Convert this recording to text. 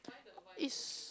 is